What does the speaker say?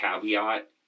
caveat